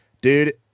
dude